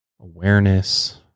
awareness